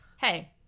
Hey